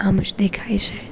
આમ જ દેખાય છે